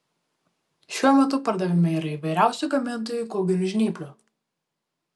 šiuo metu pardavime yra įvairiausių gamintojų kūginių žnyplių